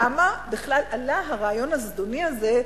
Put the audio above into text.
למה בכלל עלה הרעיון הזדוני הזה,